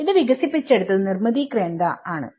ഇത് വികസിപ്പിച്ചെടുത്തത് നിർമിതി കേന്ദ്ര ആണ്